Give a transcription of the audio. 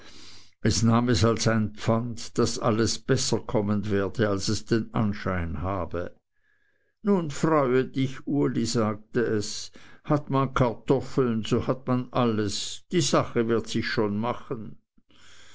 es nahm es als ein pfand daß alles besser kommen werde als es den anschein habe nun freue dich uli sagte es hat man kartoffeln so hat man alles die sache wird sich schon machen